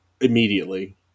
immediately